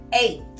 eight